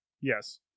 Yes